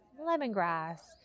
lemongrass